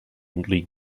league